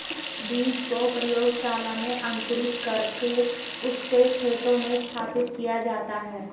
बीज को प्रयोगशाला में अंकुरित कर उससे खेतों में स्थापित किया जाता है